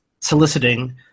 soliciting